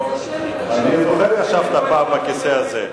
אני זוכר שישבת פעם על הכיסא הזה.